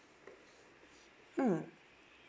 mm